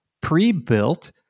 pre-built